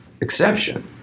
exception